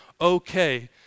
okay